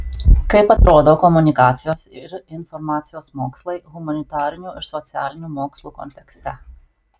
kaip atrodo komunikacijos ir informacijos mokslai humanitarinių ir socialinių mokslų kontekste